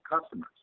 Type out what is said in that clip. customers